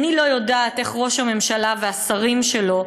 אני לא יודעת איך ראש הממשלה והשרים שלו,